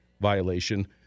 violation